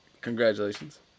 congratulations